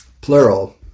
plural